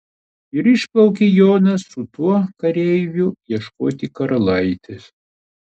ir išplaukė jonas su tuo kareiviu ieškoti karalaitės